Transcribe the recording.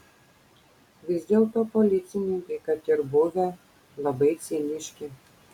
vis dėlto policininkai kad ir buvę labai ciniški